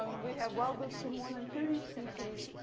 um we have wildbooks for more than thirty species,